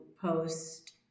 post